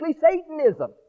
Satanism